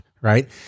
right